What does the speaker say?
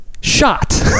shot